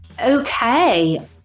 Okay